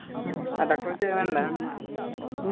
ᱟᱨ doctor ᱪᱮᱫᱼᱮ ᱢᱮᱱᱫᱟ